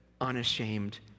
unashamed